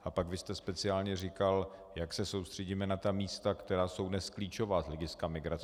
A pak vy jste speciálně říkal, jak se soustředíme na ta místa, která jsou dnes klíčová z hlediska migrace.